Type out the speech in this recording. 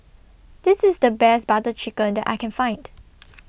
This IS The Best Butter Chicken that I Can Find